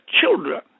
children